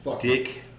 Dick